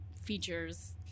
features